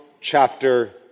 chapter